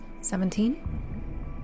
Seventeen